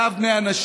קו בין אנשים.